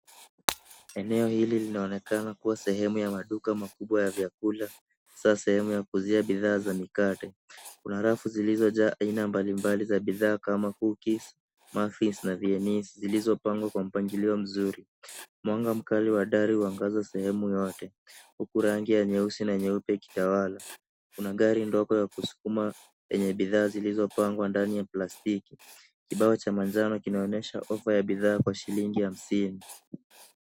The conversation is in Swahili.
Eneo hili linaonekana kuwa kama sehemu ya maduka makubwa ya vyakula, hasa sehemu ya kuuzia bidhaa na mikate. Kuna rafu zilizojaa aina mbalimbali za bidhaa kama cookies, murphy's na venice , zilizopangwa kwa mpangilio mzuri. Mwanga mkali wa dari waangaza sehemu yote, huku rangi ya nyeusi na nyeupe ikitawala. Kuna gari ndogo ya kusukuma yenye bidhaa zilizopangwa ndani ya plastiki. Kibao cha manjano kinaonyesha ofa ya bidhaa kwa shilingi hamsini.